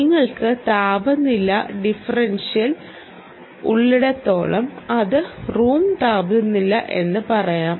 നിങ്ങൾക്ക് താപനില ഡിഫറൻഷ്യൽ ഉള്ളിടത്തോളം അത് റൂം താപനില എന്ന് പറയാം